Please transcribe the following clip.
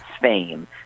fame